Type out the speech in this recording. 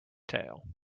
tale